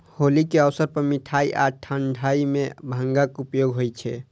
होली के अवसर पर मिठाइ आ ठंढाइ मे भांगक उपयोग होइ छै